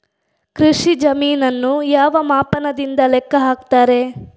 ಕೃಷಿ ಜಮೀನನ್ನು ಯಾವ ಮಾಪನದಿಂದ ಲೆಕ್ಕ ಹಾಕ್ತರೆ?